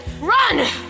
Run